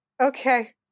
Okay